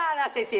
ah that it